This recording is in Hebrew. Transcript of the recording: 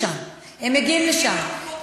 גברתי השרה,